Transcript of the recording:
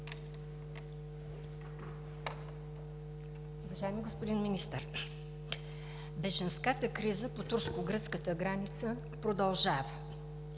Уважаеми господин Министър, бежанската криза на турско-гръцката граница продължава.